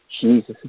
Jesus